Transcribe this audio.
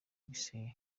gisele